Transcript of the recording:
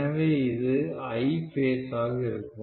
எனவே இது I base ஆக இருக்கும்